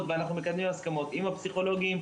ואנחנו מקדמים הסכמות עם הפסיכולוגים,